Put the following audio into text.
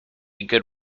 good